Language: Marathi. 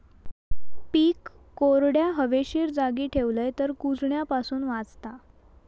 पीक कोरड्या, हवेशीर जागी ठेवलव तर कुजण्यापासून वाचता